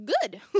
good